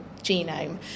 genome